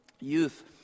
youth